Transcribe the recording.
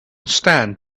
stand